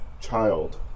child